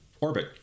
orbit